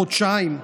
חודשיים.